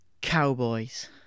cowboys